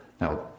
now